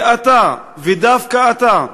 ואתה, ודווקא אתה,